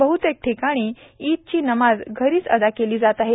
बह्तेक ठिकाणी ईदची नमाज घरीच अदा केली जात आहे